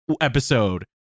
episode